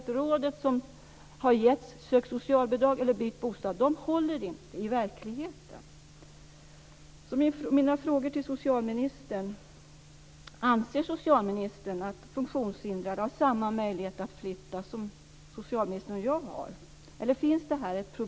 Råden som har getts - sök socialbidrag eller byt bostad - håller inte i verkligheten.